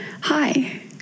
Hi